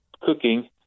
cooking